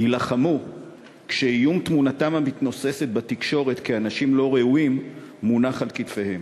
יילחמו כשאיום תמונתם המתנוססת בתקשורת כאנשים לא ראויים מונח מעליהם.